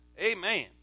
Amen